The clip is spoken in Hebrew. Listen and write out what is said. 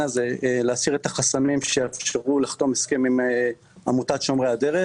הזה להסיר את החסמים שיאפשרו לחתום הסכם עם עמותת שומרי הדרך